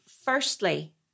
Firstly